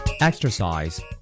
Exercise